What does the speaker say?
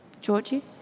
Georgie